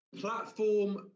Platform